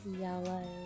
Yellow